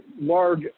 large